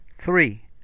Three